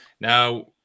now